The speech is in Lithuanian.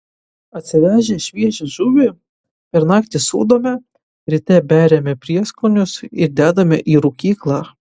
atsivežę šviežią žuvį per naktį sūdome ryte beriame prieskonius ir dedame į rūkyklą